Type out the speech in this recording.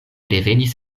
revenis